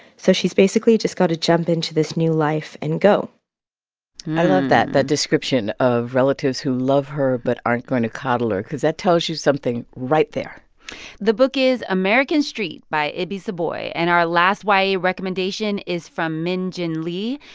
so she's basically just got to jump into this new life and go i love that, that description of relatives who love her but aren't going to coddle her cause that tells you something right there the book is, american street, by ibi zoboi. and our last ya recommendation is from min jin lee,